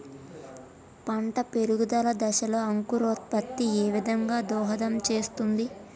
పంట పెరుగుదల దశలో అంకురోత్ఫత్తి ఏ విధంగా దోహదం చేస్తుంది?